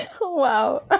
Wow